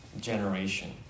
generation